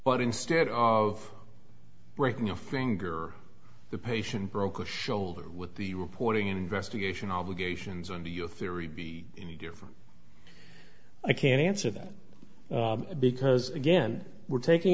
but instead of breaking a finger the patient broke a shoulder with the reporting investigation obligations under your theory be any different i can't answer that because again we're taking